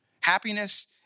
Happiness